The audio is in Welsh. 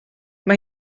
mae